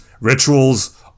rituals